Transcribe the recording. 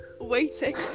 waiting